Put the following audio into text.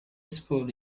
sports